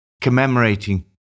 commemorating